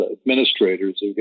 administrators